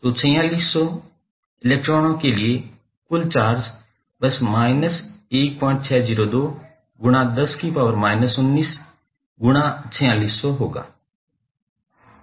तो 4600 इलेक्ट्रॉनों के लिए कुल चार्ज बस गुणा 4600 होगा